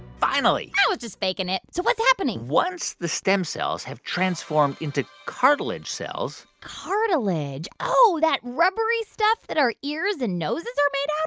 finally i was just faking it. so what's happening? once the stem cells have transformed into cartilage cells. cartilage oh, that rubbery stuff that our ears and noses are made out